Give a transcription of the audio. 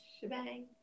Shebang